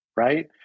right